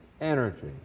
energy